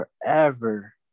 forever